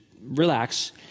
relax